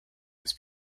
his